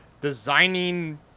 designing